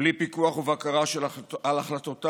בלי פיקוח ובקרה על החלטותיו,